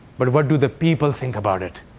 but what do the people think about it?